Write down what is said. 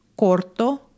corto